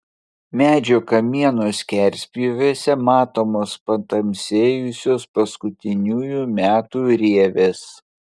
medžio kamieno skerspjūviuose matomos patamsėjusios paskutiniųjų metų rievės